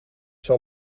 zal